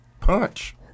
Punch